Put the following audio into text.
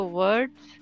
words